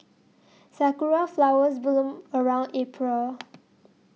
sakura flowers bloom around April